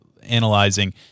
analyzing